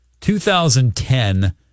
2010